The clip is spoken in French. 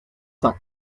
cinq